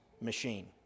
machine